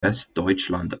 westdeutschland